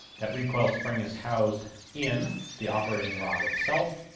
that recoil spring is housed in the operating rod itself,